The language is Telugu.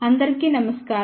అందరికీ నమస్కారం